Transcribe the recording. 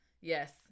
Yes